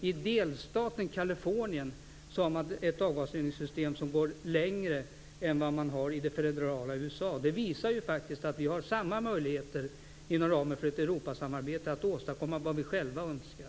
I delstaten Kalifornien har man fattat beslut om mer långtgående avgasrening än i det federala USA. Det visar att vi har samma möjligheter att inom ramen för ett Europasamarbete åstadkomma vad vi själva önskar.